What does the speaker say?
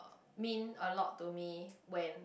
mean a lot to me when